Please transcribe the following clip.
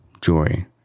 joy